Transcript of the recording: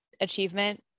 achievement